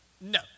No